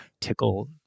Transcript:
tickle